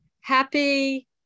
Happy